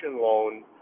loan